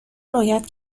رویت